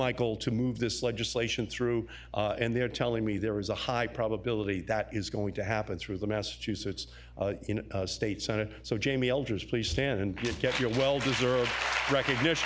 michael to move this legislation through and they are telling me there was a high probability that is going to happen through the massachusetts state senate so jamie alger's please stand and get your well deserved recognition